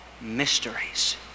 mysteries